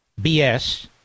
BS